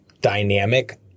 dynamic